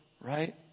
right